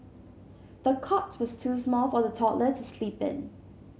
the cot was too small for the toddler to sleep in